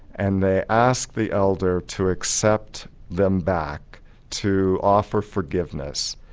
and they asked the elder to accept them back to offer forgiveness.